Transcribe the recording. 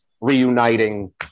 reuniting